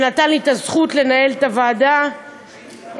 שנתן לי את הזכות לנהל את הוועדה בנושא